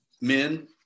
men